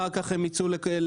אחר כך הם ייצאו ל-RFI,